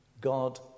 God